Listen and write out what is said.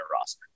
roster